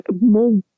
more